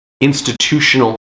institutional